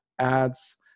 Ads